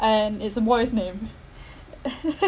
and is a boy's name